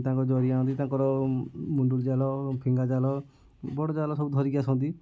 ତାଙ୍କ ଜରି ଆଣନ୍ତି ତାଙ୍କର ମୁଣ୍ଡୁଳି ଜାଲ ଫିଙ୍ଗା ଜାଲ ବଡ଼ ଜାଲ ସବୁ ଧରିକି ଆସନ୍ତି